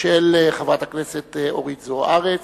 של חברת הכנסת אורית זוארץ.